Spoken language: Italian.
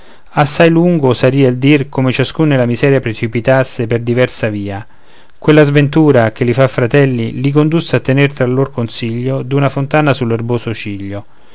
assai lungo saria il dir come ciascun nella miseria precipitasse per diversa via quella sventura che li fa fratelli li condusse a tener tra lor consiglio d'una fontana sull'erboso ciglio